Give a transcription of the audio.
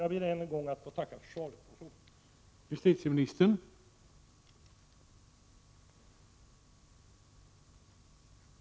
Jag ber än en gång att få tacka för svaret på frågan.